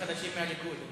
חוק ומשפט נתקבלה.